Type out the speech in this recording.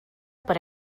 per